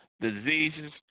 diseases